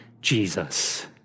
Jesus